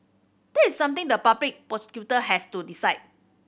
that is something the public prosecutor has to decide